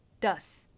Thus